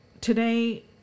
today